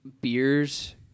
beers